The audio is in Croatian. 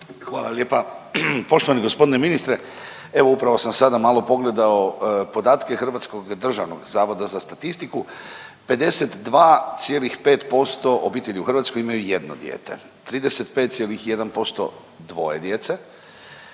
Hvala lijepa. Poštovani gospodine ministre evo upravo sam sada malo pogledao podatke hrvatskog Državnog zavoda za statistiku 52,5% obitelji u Hrvatskoj imaju 1 dijete, 35,1% dvoje djece,